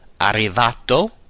arrivato